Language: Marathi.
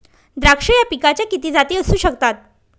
द्राक्ष या पिकाच्या किती जाती असू शकतात?